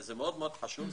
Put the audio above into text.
זה מאוד חשוב,